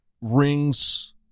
rings